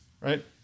right